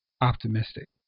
optimistic